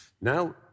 Now